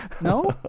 No